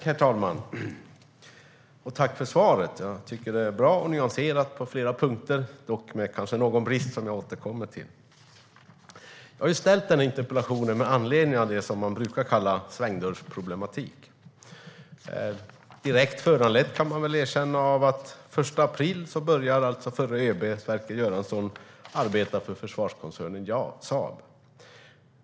Herr talman! Tack för svaret! Jag tycker att det är bra och nyanserat på flera punkter, dock kanske med någon brist som jag återkommer till. Jag har ställt denna interpellation med anledning av det man brukar kalla svängdörrsproblematik, direkt föranlett av att den förre ÖB:n Sverker Göransson började arbeta för försvarskoncernen Saab den 1 april.